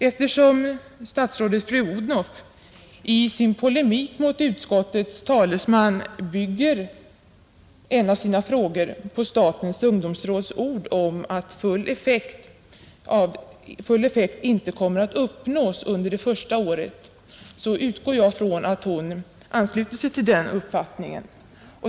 Eftersom statsrådet fru Odhnoff i sin polemik mot utskottets talesman bygger en av sina frågor på statens ungdomsråds ord om att full effekt inte kommer att uppnås under det första året, så utgår jag från att hon ansluter sig till den uppfattningen.